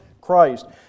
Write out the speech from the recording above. Christ